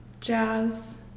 jazz